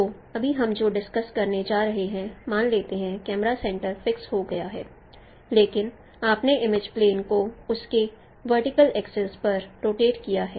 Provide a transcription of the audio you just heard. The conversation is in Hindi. तो अभी हम जो डिस्कस करने जा रहे हैं मान लेते हैं कैमरा सेंटर फिक्स हो गया है लेकिन आपने इमेज प्लेन को उसके वर्टिकल एक्सिस पर रोटेट किया है